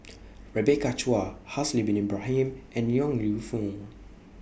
Rebecca Chua Haslir Bin Ibrahim and Yong Lew Foong